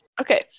Okay